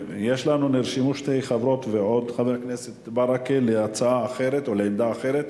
נרשמו שתי חברות וגם חבר הכנסת ברכה להצעה אחרת או לעמדה אחרת.